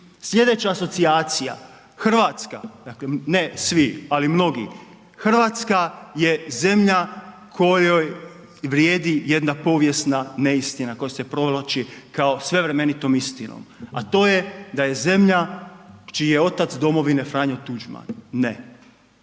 Sljedeća asocijacija. Hrvatska, dakle ne svi ali mnogi, Hrvatska je zemlja kojoj vrijedi jedna povijesna neistina koja se provlači kao svevremenitom istom, a to je da je zemlja čiji je otac domovine Franjo Tuđman. Ne.